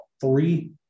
three